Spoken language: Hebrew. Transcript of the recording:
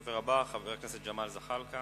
הדובר הבא, חבר הכנסת ג'מאל זחאלקה